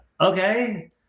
Okay